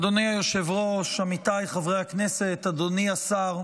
אדוני היושב-ראש, עמיתיי חברי הכנסת, אדוני השר,